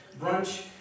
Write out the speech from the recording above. brunch